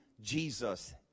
Jesus